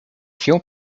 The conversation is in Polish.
się